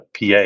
PA